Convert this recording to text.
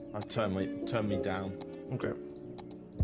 i'm timely turn me down okay